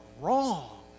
wrong